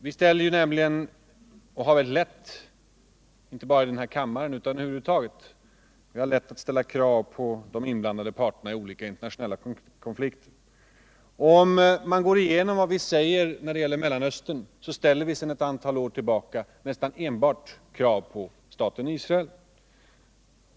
Vi ställer — och har mycket lätt att göra det inte bara i kammaren utan över huvud taget — krav på de inblandade parterna i olika internationella konflikter. Om man går igenom vad vi säger när det gäller Mellanöstern, finner man att vi sedan ett antal år tillbaka nästan enbart ställer krav på staten Israel.